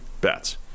bets